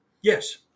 yes